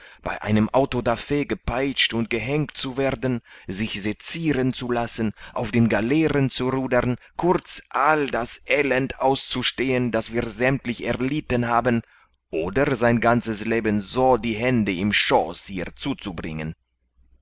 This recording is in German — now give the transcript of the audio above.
bei einem auto da fe gepeitscht und gehängt zu werden sich seciren zu lassen auf den galeeren zu rudern kurz all das elend auszustehen das wir sämmtlich erlitten haben oder sein ganzes leben so die hände im schooß hier zuzubringen